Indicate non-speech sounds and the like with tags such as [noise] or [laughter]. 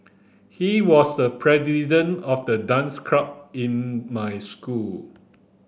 he was the [unintelligible] of the dance club in my school